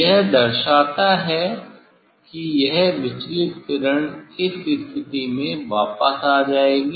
यह दर्शाता है कि यह विचलित किरण इस स्थिति में वापस आ जाएगी